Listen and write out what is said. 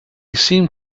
seemed